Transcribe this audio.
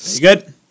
good